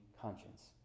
conscience